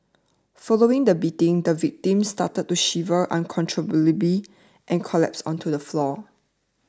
following the beating the victim started to shiver uncontrollably and collapsed onto the floor